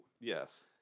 Yes